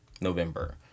November